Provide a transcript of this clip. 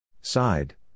Side